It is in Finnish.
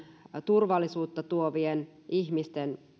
turvallisuutta tuovien ihmisten